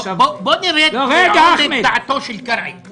נשמע מה דעתו של קרעי.